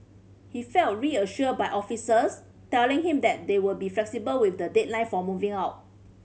he felt reassured by officers telling him that they will be flexible with the deadline for moving out